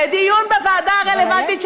לדיון בוועדה הרלוונטית,